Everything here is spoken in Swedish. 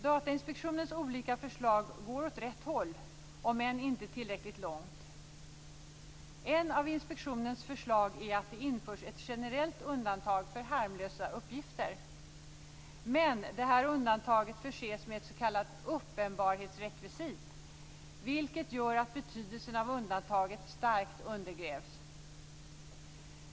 Datainspektionens olika förslag går åt rätt håll, om än inte tillräckligt långt. Ett av inspektionens förslag är att det införs ett generellt undantag för harmlösa uppgifter. Detta undantag förses dock med ett s.k. uppenbarhetsrekvisit, vilket gör att betydelsen av undantaget starkt undergrävs.